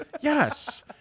yes